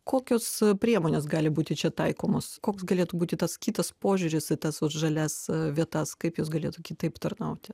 kokios priemonės gali būti čia taikomos koks galėtų būti tas kitas požiūris į tas va žalias vietas kaip jos galėtų kitaip tarnauti